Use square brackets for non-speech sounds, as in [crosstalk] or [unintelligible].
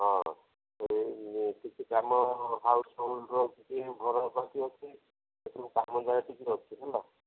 ହଁ [unintelligible] କିଛି କାମ ହାଉସ୍ ହୋଲଡର କିଛି ଘର ପାଖେ ଅଛି ସେଥିରୁ କାମ ଯାକ କିଛି ଅଛି ହେଲା